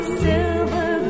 silver